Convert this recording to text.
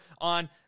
on